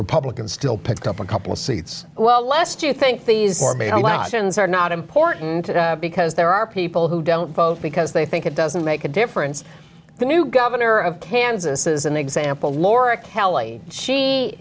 republicans still picked up a couple of seats well lest you think these trends are not important because there are people who don't vote because they think it doesn't make a difference the new governor of kansas is an example laura kelly she